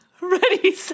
Ready